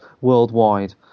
worldwide